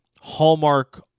Hallmark